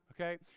Okay